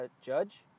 Judge